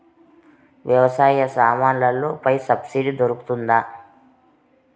వ్యవసాయ సామాన్లలో పై సబ్సిడి దొరుకుతుందా?